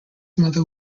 mother